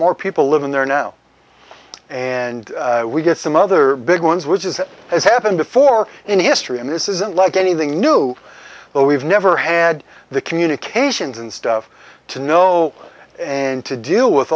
more people living there now and we get some other big ones which is it has happened before in history and this isn't like anything new but we've never had the communications and stuff to know and to do with